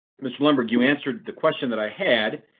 mr. lambert, you answered the question that i had.